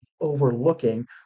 overlooking